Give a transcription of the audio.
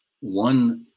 One